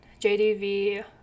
JDV